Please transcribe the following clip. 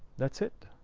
that's it.